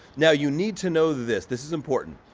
now you need to know that this, this is important.